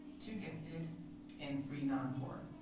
two gifted and three non-core,